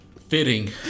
Fitting